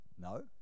No